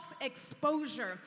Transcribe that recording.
exposure